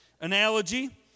analogy